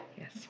Yes